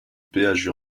péage